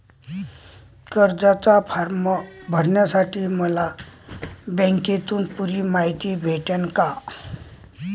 कर्जाचा फारम भरासाठी मले बँकेतून पुरी मायती भेटन का?